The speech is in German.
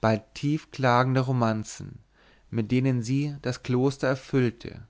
bald tiefklagende romanzen mit denen sie das kloster erfüllte